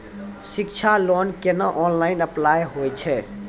शिक्षा लोन केना online apply होय छै?